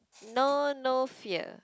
know no fear